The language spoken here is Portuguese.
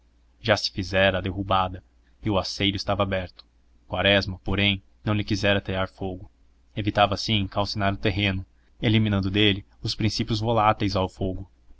já se fizera a derrubada e o aceiro estava aberto quaresma porém não lhe quisera atear fogo evitava assim calcinar o terreno eliminando dele os princípios voláteis ao fogo